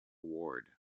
ward